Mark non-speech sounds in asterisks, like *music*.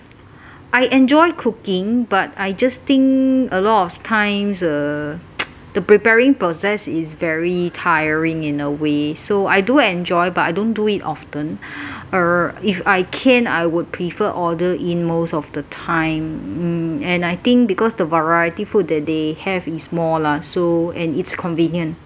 I enjoy cooking but I just think a lot of times uh *noise* the preparing process is very tiring in a way so I do enjoy but I don't do it often err if I can I would prefer order in most of the time mm and I think because the variety food that they have is uh more lah so and it's convenient *breath*